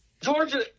Georgia